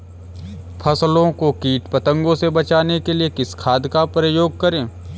फसलों को कीट पतंगों से बचाने के लिए किस खाद का प्रयोग करें?